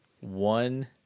one